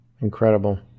incredible